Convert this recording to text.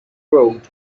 road